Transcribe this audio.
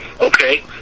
Okay